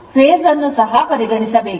face ಅನ್ನು ಸಹ ಪರಿಗಣಿಸಬೇಕು